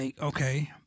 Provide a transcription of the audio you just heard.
okay